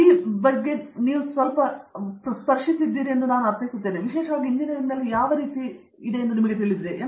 ಈ ರೀತಿ ಸ್ವಲ್ಪಮಟ್ಟಿಗೆ ನೀವು ಸ್ಪರ್ಶಿಸಿದ್ದೀರಿ ಎಂಬುದನ್ನು ನಾನು ಅರ್ಥೈಸುತ್ತೇನೆ ವಿಶೇಷವಾಗಿ ಎಂಜಿನಿಯರಿಂಗ್ನಲ್ಲಿ ಯಾವ ರೀತಿಯಲ್ಲೂ ನಿಮಗೆ ತಿಳಿದಿದೆ ಮತ್ತು ನೀವು ಎಂ